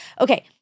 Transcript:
Okay